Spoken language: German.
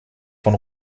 von